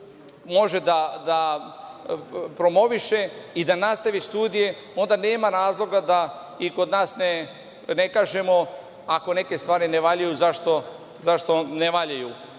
može da promoviše i da nastavi studije, onda nema razloga da i kod nas ne kažemo – ako neke stvari ne valjaju, zašto ne valjaju.